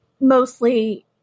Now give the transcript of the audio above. mostly